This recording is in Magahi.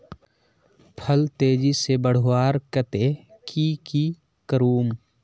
फल तेजी से बढ़वार केते की की करूम?